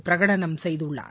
பிரகடனம் செய்துள்ளார்